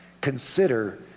consider